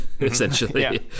Essentially